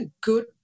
good